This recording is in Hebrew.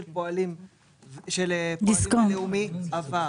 יום ההפרדה של פועלים ולאומי עבר.